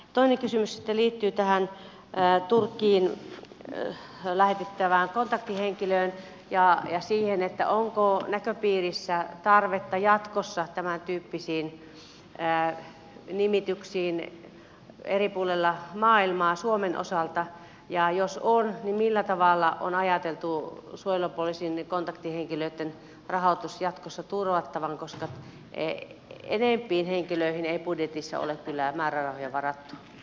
toinen kysymys sitten liittyy tähän turkkiin lähetettävään kontaktihenkilöön ja siihen onko näköpiirissä tarvetta jatkossa tämäntyyppisiin nimityksiin eri puolilla maailmaa suomen osalta ja jos on niin millä tavalla on ajateltu suojelupoliisin kontaktihenkilöitten rahoitus jatkossa turvattavan koska enempiin henkilöihin ei budjetissa ole kyllä määrärahoja varattu